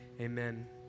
Amen